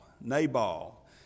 Nabal